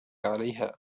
عليها